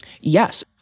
Yes